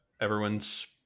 everyone's